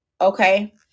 Okay